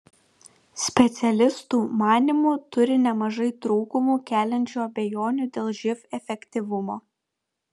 specialistų manymu turi nemažai trūkumų keliančių abejonių dėl živ efektyvumo